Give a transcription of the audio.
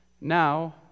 Now